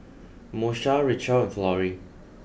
Moesha Richelle and Florie